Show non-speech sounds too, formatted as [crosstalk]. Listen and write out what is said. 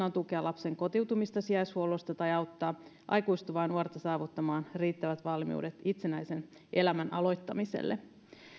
[unintelligible] on tukea lapsen kotiutumista sijaishuollosta tai auttaa aikuistuvaa nuorta saavuttamaan riittävät valmiudet itsenäisen elämän aloittamiselle